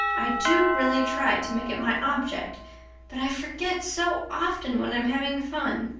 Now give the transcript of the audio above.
i do really try to make it my object but i forget so often when i'm having fun.